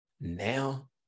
now